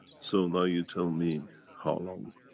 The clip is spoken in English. so now you tell me how long.